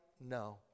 No